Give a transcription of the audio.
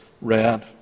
read